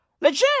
Legit